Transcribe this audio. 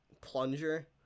plunger